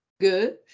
Good